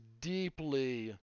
deeply